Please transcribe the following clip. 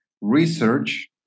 research